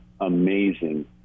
amazing